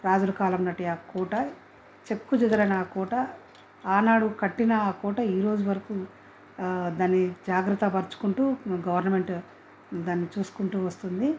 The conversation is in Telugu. రాజుల కాలంనాటి ఆ కోట చెక్కు చెదరని ఆ కోట ఆనాడు కట్టిన ఆ కోట ఈరోజు వరకు దాన్ని జాగ్రత్త పరుచుకుంటూ గవర్నమెంట్ దాన్ని చూసుకుంటూ వస్తుంది